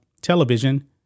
television